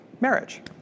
marriage